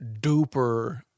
duper